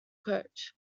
coach